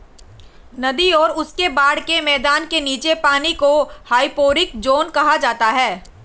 नदी और उसके बाढ़ के मैदान के नीचे के पानी को हाइपोरिक ज़ोन कहा जाता है